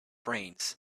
brains